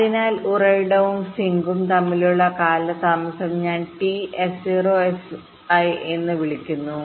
അതിനാൽ ഉറവിടവും സിങ്കുംതമ്മിലുള്ള കാലതാമസം ഞാൻ t S0 Si എന്ന് വിളിക്കുന്നു